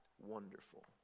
wonderful